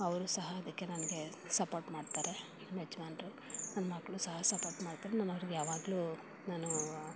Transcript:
ಅವ್ರೂ ಸಹ ಅದಕ್ಕೆ ನನಗೆ ಸಪೋರ್ಟ್ ಮಾಡ್ತಾರೆ ನಮ್ಮ ಯಜಮಾನ್ರು ನನ್ನ ಮಕ್ಕಳು ಸಹ ಸಪೋರ್ಟ್ ಮಾಡ್ತಾರೆ ನಾನು ಅವ್ರಿಗೆ ಯಾವಾಗಲೂ ನಾನು